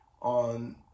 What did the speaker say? on